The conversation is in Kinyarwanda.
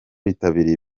bitabiriye